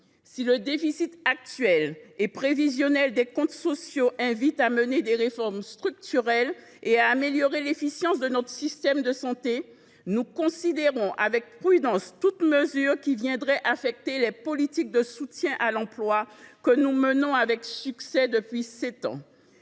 Si le déficit actuel et prévisionnel des comptes sociaux invite à mener des réformes structurelles et à accroître l’efficience de notre système de santé, nous considérons avec prudence toute mesure qui viendrait affecter les politiques de soutien à l’emploi que nous avons menées avec succès depuis sept ans.